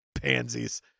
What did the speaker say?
pansies